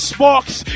Sparks